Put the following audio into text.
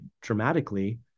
dramatically